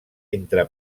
entre